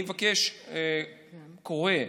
אני מבקש, קורא,